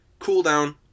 cooldown